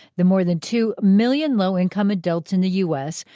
the more than two million low-income adults in the u s.